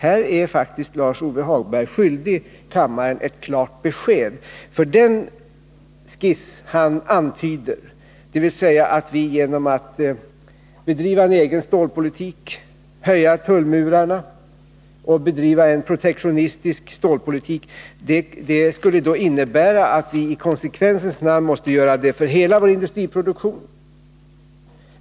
Här är faktiskt Lars-Ove Hagberg skyldig kammaren ett klart besked. Den skiss som han antydde — dvs. att vi genom att bedriva en egen stålpolitik, höja tullmurarna, införa protektionism — skulle innebära att vi i konsekvensens namn måste göra på samma sätt när det gäller hela vår industriproduktion.